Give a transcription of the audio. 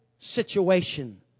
situation